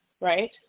right